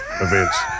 events